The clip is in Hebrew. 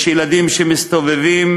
יש ילדים שמסתובבים